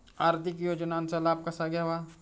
आर्थिक योजनांचा लाभ कसा घ्यावा?